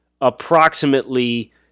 approximately